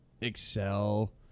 excel